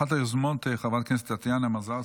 אחת היוזמות, חברת הכנסת טטיאנה מזרסקי,